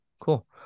Cool